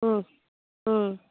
ம் ம்